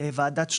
ועדת שטרום.